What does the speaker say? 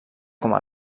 coma